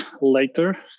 later